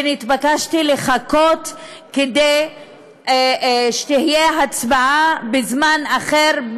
ונתבקשתי לחכות כדי שתהיה הצבעה בזמן אחר,